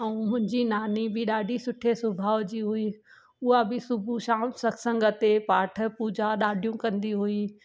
ऐं मुंहिंजी नानी बि ॾाढी सुठे स्वभाव जी हुई उहा बि सुबुहु शाम सतसंग ते पाठ पूजा ॾाढियूं कंदी हुई